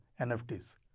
NFTs